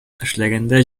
эшләгәндә